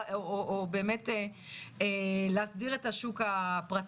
או באמת להסביר את השוק הפרטי.